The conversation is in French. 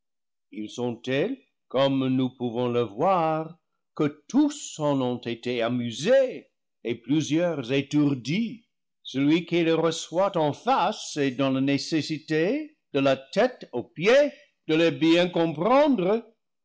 ils sont tels comme nous pouvons le voir que tous en ont été amusés et plusieurs étour dis celui qui les reçoit en face est dans la nécessité de la tête aux pieds de les bien comprendre